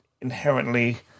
inherently